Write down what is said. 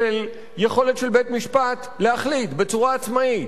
של יכולת של בית-משפט להחליט בצורה עצמאית.